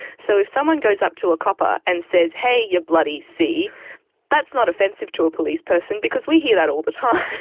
so if someone goes up to a copper and says, hey, you bloody c that's not offensive to a policeperson because we hear that all the time.